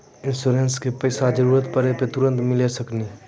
इंश्योरेंसबा के पैसा जरूरत पड़े पे तुरंत मिल सकनी?